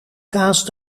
kaas